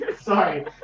Sorry